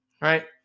Right